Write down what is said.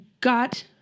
got